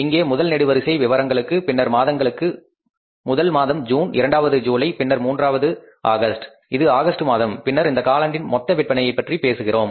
இங்கே முதல் நெடுவரிசை விவரங்களுக்கு பின்னர் மாதங்களுக்கு முதல் மாதம் ஜூன் இரண்டாவது ஜூலை பின்னர் மூன்றாவது ஆகஸ்ட் இது ஆகஸ்ட் மாதம் பின்னர் இந்த காலாண்டில் மொத்த விற்பனையைப் பற்றி பேசுகிறோம்